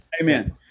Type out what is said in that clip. amen